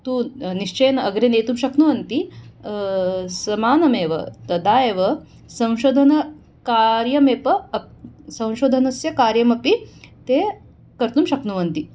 तु निश्चयेन अग्रे नेतुं शक्नुवन्ति समानमेव तदा एव संशोधनकार्यम् येप अप् संशोधनस्य कार्यमपि ते कर्तुं शक्नुवन्ति